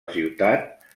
ciutat